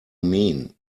mean